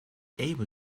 able